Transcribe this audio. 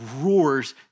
roars